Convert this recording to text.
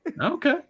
Okay